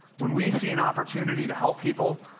when we see an opportunity to help people,